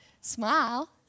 Smile